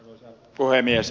arvoisa puhemies